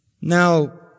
Now